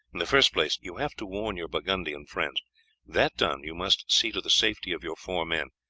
in the first place, you have to warn your burgundian friends that done, you must see to the safety of your four men.